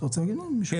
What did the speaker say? אתה רוצה להגיד משהו?